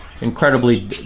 incredibly